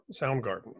Soundgarden